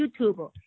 YouTube